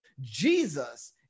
Jesus